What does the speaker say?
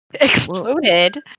Exploded